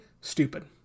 stupid